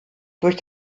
durch